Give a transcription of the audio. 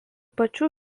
pačių